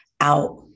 out